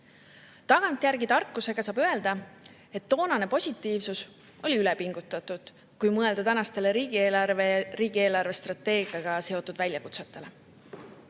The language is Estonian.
Tagantjärgi tarkusega saab öelda, et toonane positiivsus oli ülepingutatud, kui mõelda tänastele riigieelarve ja riigi eelarvestrateegiaga seotud väljakutsetele.